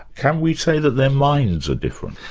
can we say that their minds are different?